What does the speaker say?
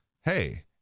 hey